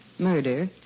Murder